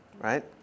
right